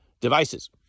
devices